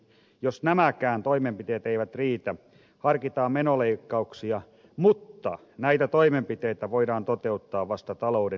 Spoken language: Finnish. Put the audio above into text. jos nämäkään toimenpiteet eivät riitä harkitaan menoleikkauksia mutta näitä toimenpiteitä voidaan toteuttaa vasta talouden nousuvaiheessa